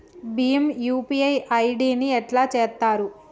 Bhim UPI ID ని ఎట్లా చేత్తరు?